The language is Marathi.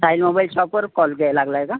साहिल मोबाईल शॉपवर कॉल ग लागला आहे का